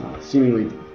seemingly